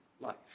life